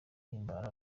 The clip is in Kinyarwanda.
himbara